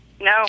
No